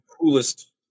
coolest